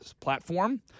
platform